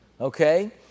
okay